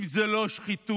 אם זה לא שחיתות